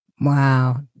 Wow